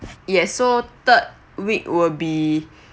yes so third week will be